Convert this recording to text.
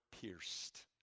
pierced